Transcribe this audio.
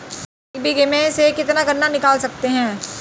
एक बीघे में से कितना गन्ना निकाल सकते हैं?